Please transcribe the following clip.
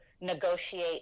negotiate